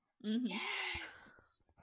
Yes